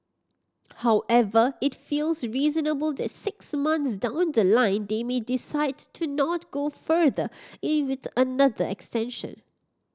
however it feels reasonable that six months down the line they may decide to not go further with another extension